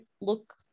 look